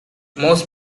most